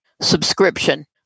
subscription